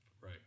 Right